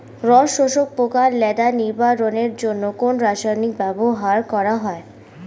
রস শোষক পোকা লেদা নিবারণের জন্য কোন রাসায়নিক ব্যবহার করা হয়?